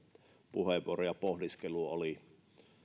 puheenvuoro ja pohdiskelu oli